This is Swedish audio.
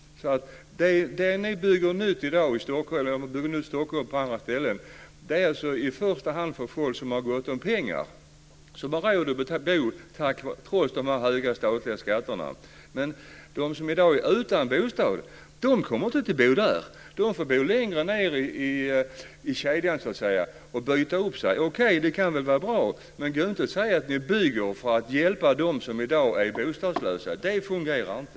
Det ni bygger nytt i dag i Stockholm och på andra ställen är i första hand för folk som har gott om pengar och som har råd att bo trots de höga statliga skatterna. De som i dag är utan bostad kommer inte att bo där. De får bo längre ned i kedjan och byta upp sig. Det kan väl vara bra, men säg inte att ni bygger för att hjälpa dem som i dag är bostadslösa. Det fungerar inte.